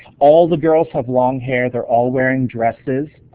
all the girls have long hair they're all wearing dresses.